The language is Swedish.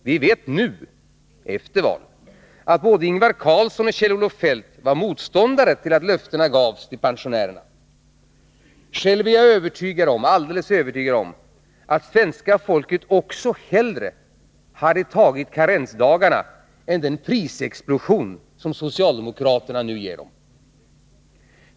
Vi vet nu efter valet att både Ingvar Carlsson och Kjell-Olof Feldt var motståndare till att löftena gavs till pensionärerna. Själv är jag alldeles övertygad om att svenska folket också hellre hade tagit karensdagarna än den prisexplosion som socialdemokraterna nu ger det.